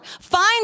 find